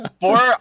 Four